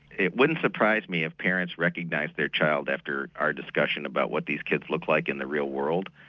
it wouldn't surprise me if parents recognise their child after our discussion about what these kids look like in the real world.